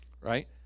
right